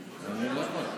אני לא יכול.